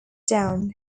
down